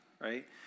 right